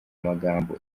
magambo